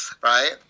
right